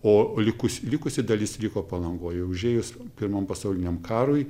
o likusi likusi dalis liko palangoje užėjus pirmam pasauliniam karui